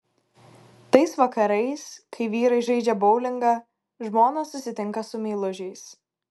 tais vakarais kai vyrai žaidžia boulingą žmonos susitinka su meilužiais